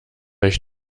euch